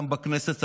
גם בכנסת,